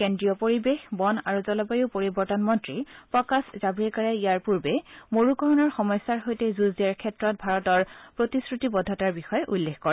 কেন্দ্ৰীয় পৰিৱেশ বন আৰু জলবায়ু পৰিৱৰ্তন মন্ত্ৰী প্ৰকাশ জাভডেকাৰে ইয়াৰ পূৰ্বে মৰুকৰণৰ সমস্যাৰ সৈতে যুঁজ দিয়াৰ ক্ষেত্ৰত ভাৰতৰ প্ৰতিশ্ৰুতিবদ্ধতাৰ বিষয়ে উল্লেখ কৰে